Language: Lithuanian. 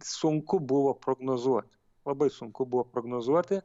sunku buvo prognozuot labai sunku buvo prognozuoti